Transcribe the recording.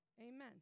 Amen